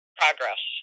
progress